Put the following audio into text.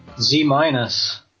Z-minus